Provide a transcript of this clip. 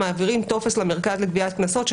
מעבירים טופס למרכז לגביית קנסות,